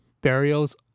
Burial's